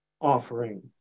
offering